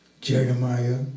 Jeremiah